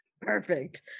Perfect